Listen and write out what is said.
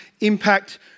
impact